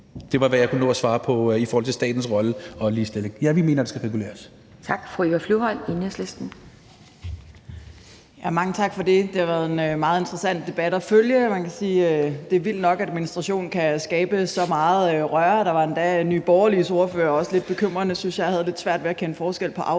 Det var, hvad jeg kunne nå at svare på i forhold til statens rolle og ligestilling. Ja, vi mener, at der skal reguleres.